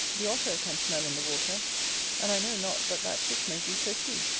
the otter can smell in the water and i know not but that fish may do so too.